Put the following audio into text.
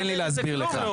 תן לי להסביר לך.